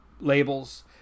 labels